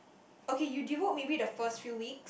okay you devote maybe the first few weeks